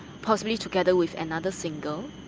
possibly together with another single,